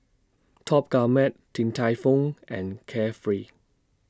Top Gourmet Din Tai Fung and Carefree